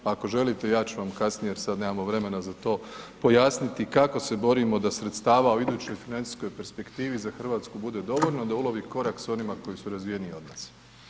Ako želite ja ću vam kasnije jer sad nemamo vremena za to, pojasniti kako se borimo da sredstava u idućoj financijskoj perspektivi za RH bude dovoljno da ulovi korak s onima koji su razvijeniji od nas.